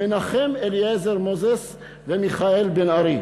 מנחם אליעזר מוזס ומיכאל בן-ארי.